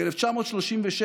ב-1936,